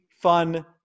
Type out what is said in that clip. fun